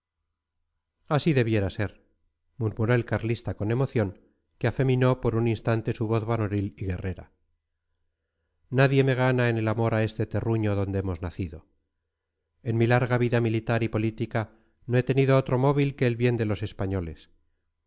así debiera ser murmuró el carlista con emoción que afeminó por un instante su voz varonil y guerrera nadie me gana en el amor a este terruño donde hemos nacido en mi larga vida militar y política no he tenido otro móvil que el bien de los españoles